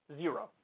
Zero